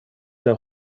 der